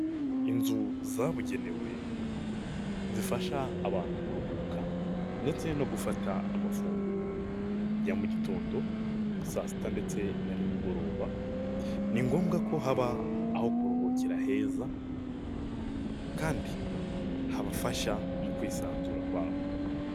Inzu zabugenewe zifasha abantu kuruhuka ndetse no gufata amafunguro ya mu gitondo, saa sita ndetse na nimugoroba, ni ngombwa ko haba aho kuruhukira heza kandi habafasha mu kwisanzura kwabo.